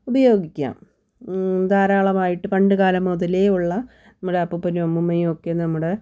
ഉപയോഗിക്കാം ധാരാളമായിട്ട് പണ്ട് കാലം മുതലേ ഉള്ള നമ്മുടെ അപ്പൂപ്പനും അമ്മുമ്മയും ഒക്കെ നമ്മുടെ